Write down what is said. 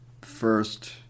first